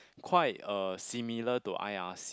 quite uh similar to I_R_C